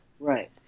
Right